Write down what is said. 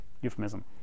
Euphemism